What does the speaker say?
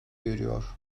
görüyor